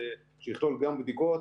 שיכלול גם בדיקות,